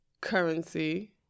Currency